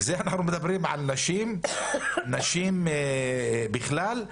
אנחנו מדברים על נשים, נשים בכלל,